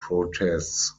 protests